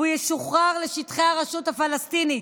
והוא ישוחרר לשטחי הרשות הפלסטינית.